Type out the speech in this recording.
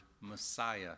Messiah